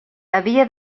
havia